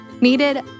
Needed